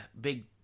big